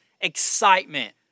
excitement